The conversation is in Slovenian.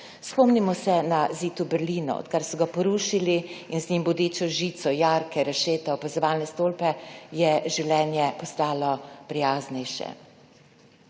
Spomnimo se na zid v Berlinu. Od kar so ga porušili in z njim bodečo žico, jarke, rešeta, opazovalne stolpe, je življenje postalo prijaznejše.